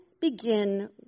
begin